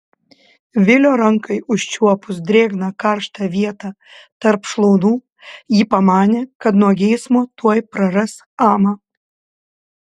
vilio rankai užčiuopus drėgną karštą vietą tarp šlaunų ji pamanė kad nuo geismo tuoj praras amą